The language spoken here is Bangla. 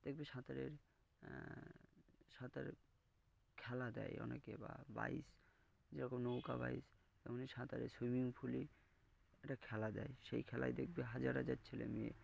দেখবে সাঁতারের সাঁতার খেলা দেয় অনেকে বা বায় যেরকম নৌকা বায় তেমনি সাঁতারের সুইমিং পুলে একটা খেলা দেয় সেই খেলায় দেখবে হাজার হাজার ছেলে মেয়ে